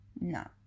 No